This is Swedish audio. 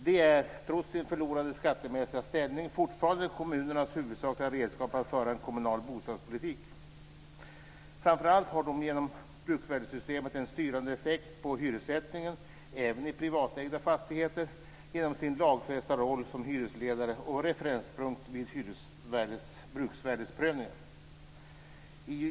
De är, trots sin förlorade skattemässiga särställning, fortfarande kommunernas huvudsakliga redskap för att föra en kommunal bostadspolitik. Framför allt har de genom bruksvärdessystemet en styrande effekt på hyressättningen även i privatägda fastigheter genom sin lagfästa roll som hyresledare och referenspunkt vid bruksvärdesprövningar.